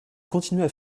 continuait